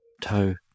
toe